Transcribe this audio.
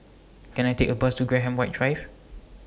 Can I Take A Bus to Graham White Drive